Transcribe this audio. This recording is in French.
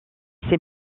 ses